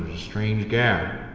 strange guy.